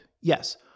Yes